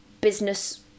business